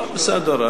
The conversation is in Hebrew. טוב, בסדר.